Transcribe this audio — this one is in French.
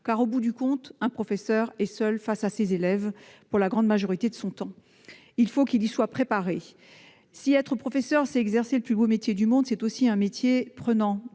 car, au bout du compte, un professeur est seul face à ses élèves la majorité du temps. Il faut qu'il y soit préparé. Si être professeur, c'est exercer le plus beau métier du monde, c'est aussi exercer un métier prenant